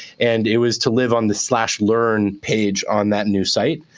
and it was to live on the learn page on that new site.